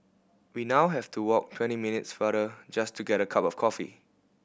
we now have to walk twenty minutes farther just to get a cup of coffee